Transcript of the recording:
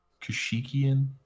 Kashikian